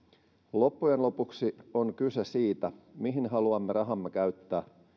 loppujen lopuksi on kyse siitä mihin haluamme rahamme käyttää